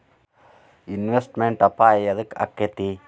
Investment ಅಪಾಯಾ ಯದಕ ಅಕ್ಕೇತಿ?